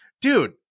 Dude